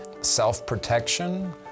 Self-protection